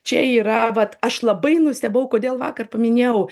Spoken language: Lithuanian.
čia yra vat aš labai nustebau kodėl vakar paminėjau